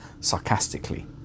sarcastically